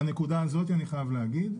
אני חייב להגיד,